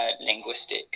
linguistic